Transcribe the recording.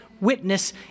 witness